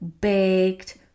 baked